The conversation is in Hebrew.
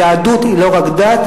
היהדות היא לא רק דת,